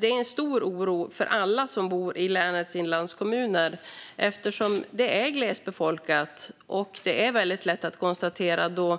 Det är en stor oro för alla som bor i länets glesbefolkade inlandskommuner, till exempel